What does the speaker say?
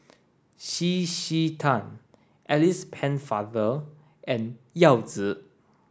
C C Tan Alice Pennefather and Yao Zi